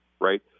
right